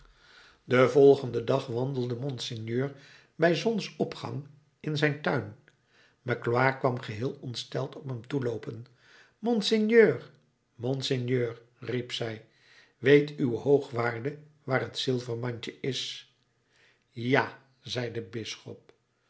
den volgenden dag wandelde monseigneur bij zonsopgang in zijn tuin magloire kwam geheel ontsteld op hem toeloopen monseigneur monseigneur riep zij weet uw hoogwaarde waar het zilver mandje is ja zei de bisschop